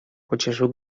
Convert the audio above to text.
pocieszył